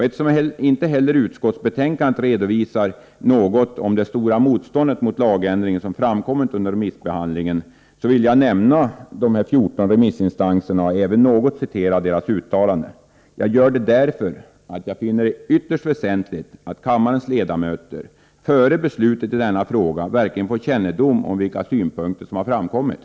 Eftersom inte heller utskottsbetänkandet redovisar något om det stora motståndet mot lagändringen som framkommit under remissbehandlingen, vill jag nämna dessa 14 remissinstanser och även något citera deras uttalanden. Jag gör det därför att jag finner det ytterst väsentligt att kammarens ledamöter före beslutet i denna fråga verkligen får kännedom om vilka synpunkter som har framkommit.